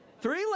Three